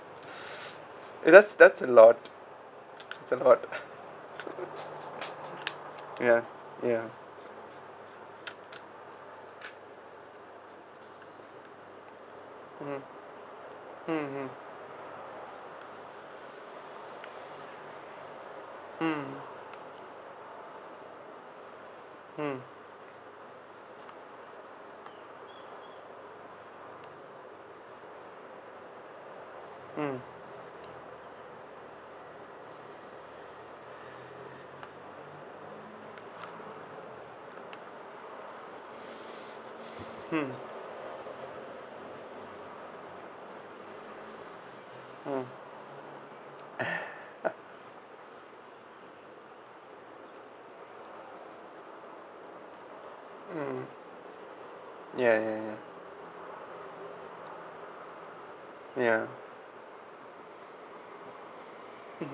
eh that's that's a lot that's a lot ya ya mm mm mm mm mm mm mm mm ya ya ya ya